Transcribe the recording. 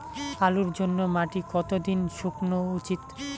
আলুর জন্যে মাটি কতো দিন শুকনো উচিৎ?